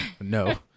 No